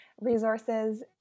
resources